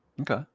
okay